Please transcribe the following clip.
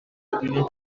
opinion